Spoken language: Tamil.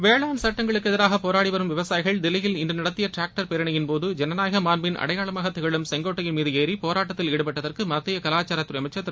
வேளாண் சுட்டங்களுக்கு எதிராக போராடிவரும் விவசாயிகள் தில்லியில் இன்று நடத்திய டிராக்டர் பேரணியின் போது ஜனநாயக மாண்பின் அடையாளமாக திகழும் செங்கோட்டையின் மீது ஏறி போராட்டத்தில் ஈடுபட்டதற்கு மத்திய கலாச்சாரத்துறை அமைச்சர் திரு